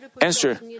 answer